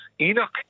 Enoch